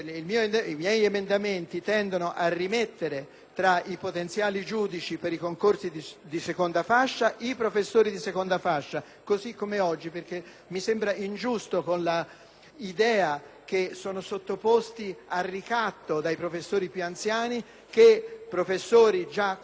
tra i potenziali giudici per i concorsi di seconda fascia, così come è oggi; mi sembra infatti ingiusto, con l'idea che sono sottoposti a ricatto dai professori più anziani, che professori già qualificati vengano esclusi dalle commissioni giudicatrici.